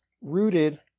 rooted